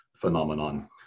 phenomenon